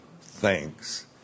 thanks